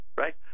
right